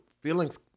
Feelings